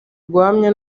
guhamya